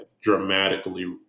dramatically